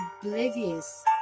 oblivious